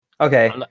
Okay